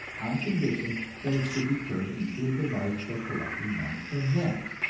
on condition that it should be turned into a device for collecting money for them.